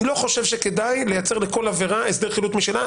אני לא חושב שכדאי לייצר לכל עבירה הסדר חילוט משלה.